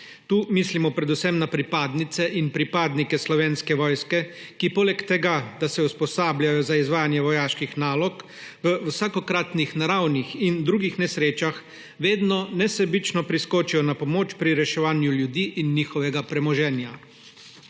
Tu mislimo predvsem na pripadnice in pripadnike Slovenske vojske, ki poleg tega, da se usposabljajo za izvajanje vojaških nalog, v vsakokratnih naravnih in drugih nesrečah vedno nesebično priskočijo na pomoč pri reševanju ljudi in njihovega premoženja.